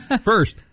First